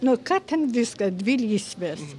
nu ką ten viską dvi lysvės